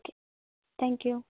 okay thank you